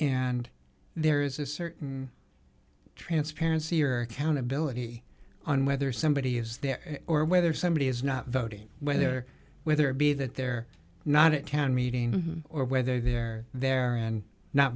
and there's a certain transparency or accountability on whether somebody is there or whether somebody is not voting whether whether it be that they're not it can meeting or whether they're there and not